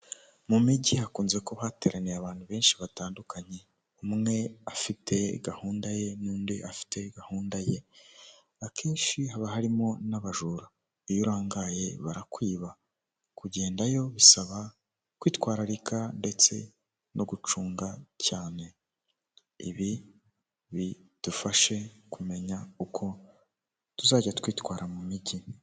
Mu mijyi hakunze kuba hateraniye abantu benshi batandukanye, umwe afite gahunda ye n'undi afite gahunda ye. Akenshi haba harimo n'abajura iyo urangaye barakwiba, kugendayo bisaba kwitwararika ndetse no gucunga cyane. Ibi bidufashe kumenya uko tuzajya twitwara mu mijyi.